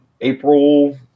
April